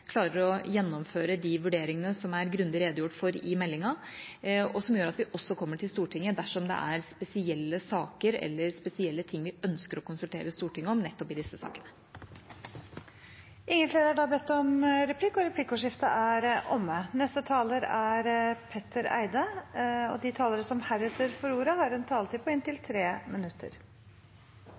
klarer å gjennomføre de vurderingene det er grundig redegjort for i meldinga, og som gjør at vi kommer til Stortinget dersom det er spesielle saker eller spesielle ting vi ønsker å konsultere Stortinget om, nettopp i disse sakene. Replikkordskiftet er omme. De talere som heretter får ordet, har en taletid på inntil 3 minutter.